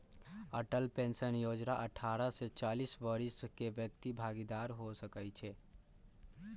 Atal pension जोजना अठारह से चालीस वरिस के व्यक्ति भागीदार हो सकइ छै